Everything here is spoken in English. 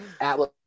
atlas